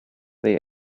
they